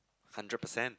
hundred percent